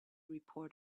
report